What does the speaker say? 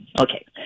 Okay